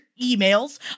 emails